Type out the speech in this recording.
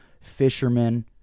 fishermen